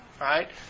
right